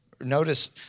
Notice